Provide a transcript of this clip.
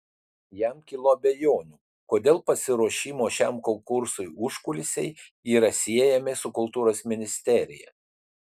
jam kilo abejonių kodėl pasiruošimo šiam konkursui užkulisiai yra siejami su kultūros ministerija